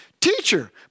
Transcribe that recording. Teacher